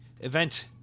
event